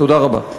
תודה רבה.